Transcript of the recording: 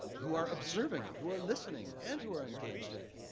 um who are observing it, who are listening, and who are engaged in it?